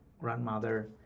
grandmother